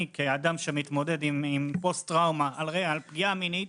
כאדם שמתמודד עם פוסט טראומה על רקע פגיעה מינית